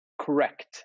correct